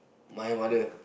my mother